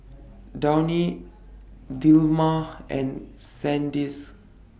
Downy Dilmah and Sandisk